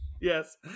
Yes